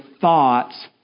thoughts